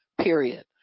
period